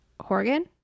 Horgan